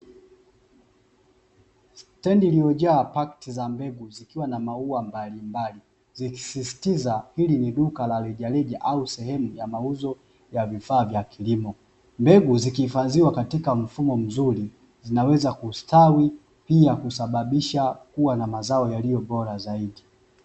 Stendi iliyojaa pakiti za mbegu zikiwa na maua mbalimbali, zikisisitiza hili ni duka la reja reja au sehemu ya mauzo ya vifaa vya kilimo, mbegu zikihifadhiwa katika mfumo mzuri zinaweza kustawi pia kusababisha kuwa na mazao yaliyo bora zaidi.